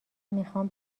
میخوام